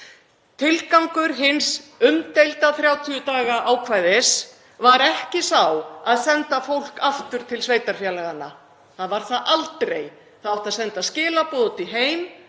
Tilgangur hins umdeilda 30 daga ákvæðis var ekki sá að senda fólk aftur til sveitarfélaganna. Það var það aldrei. Það átti að senda skilaboð út í heim